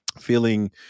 Feeling